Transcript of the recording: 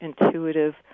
intuitive